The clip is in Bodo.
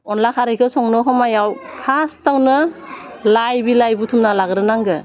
अनला खारैखो संनो हमायाव फास्टआवनो लाइ बिलाइ बुथुमना लाग्रोनांगोन